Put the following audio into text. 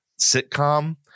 sitcom